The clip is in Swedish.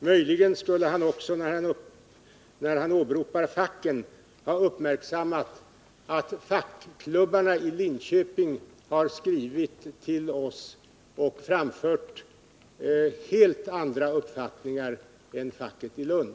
Möjligen skulle han också, när han åberopar facket, ha uppmärksammat att fackklubbarna i Linköping har skrivit till oss och framfört helt andra uppfattningar än facket i Lund.